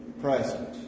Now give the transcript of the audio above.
present